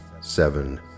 seven